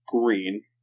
green